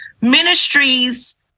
ministries